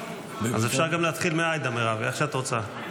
אז אפשר גם להתחיל מעאידה, מירב, איך שאת רוצה.